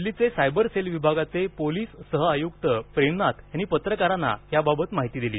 दिल्लीचे cyber cell विभागाचे police सहआयुक्त प्रेमनाथ यांनी पत्रकारांना याबत माहिती दिली